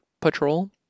Patrol